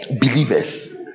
believers